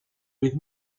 with